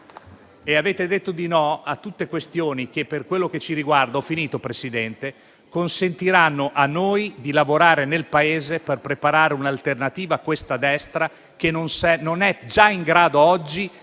e avete detto di no a questioni che, per quello che ci riguarda, consentiranno a noi di lavorare nel Paese per preparare un'alternativa a questa destra che non è in grado oggi